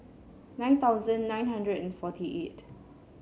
nine thousand nine hundred and forty eight